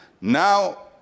Now